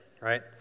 right